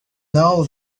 know